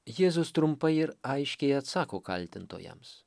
jėzus trumpai ir aiškiai atsako kaltintojams